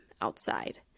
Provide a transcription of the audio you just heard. outside